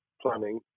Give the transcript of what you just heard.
planning